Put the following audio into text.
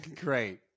great